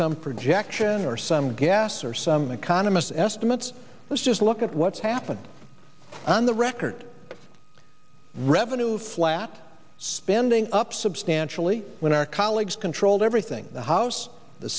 some projection or some gas or some economist estimates let's just look at what's happened on the record revenue flat spending up substantially when our colleagues controlled everything the house the